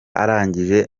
arangije